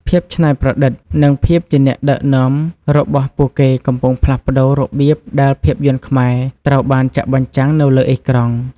ភាពច្នៃប្រឌិត និងភាពជាអ្នកដឹកនាំរបស់ពួកគេកំពុងផ្លាស់ប្តូររបៀបដែលភាពយន្តខ្មែរត្រូវបានចាក់បញ្ជាំងនៅលើអេក្រង់។